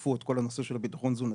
שדחפו את כל הנושא של ביטחון תזונתי.